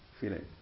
feeling